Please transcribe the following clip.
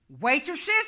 waitresses